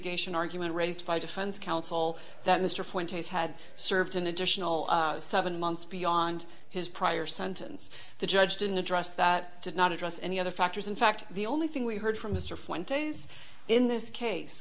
n argument raised by defense counsel that mr fuentes had served an additional seven months beyond his prior sentence the judge didn't address that did not address any other factors in fact the only thing we heard from mr fuentes in this case